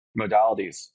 modalities